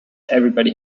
everybody